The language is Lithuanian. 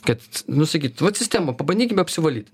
kad nu sakyt vat sistemą pabandykim apsivalyt